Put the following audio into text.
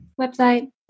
website